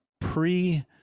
pre